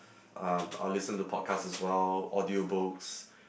uh I'll listen to podcast as well audio books